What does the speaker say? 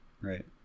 Right